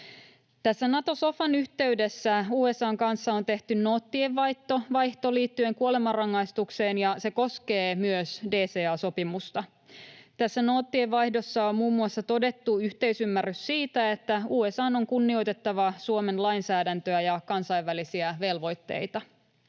Tässä Nato-sofan yhteydessä USA:n kanssa on tehty noottien vaihto liittyen kuolemanrangaistukseen, ja se koskee myös DCA-sopimusta. Tässä noottien vaihdossa on muun muassa todettu yhteisymmärrys siitä, että USA:n on kunnioitettava Suomen lainsäädäntöä ja kansainvälisiä velvoitteita.